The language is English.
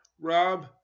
Rob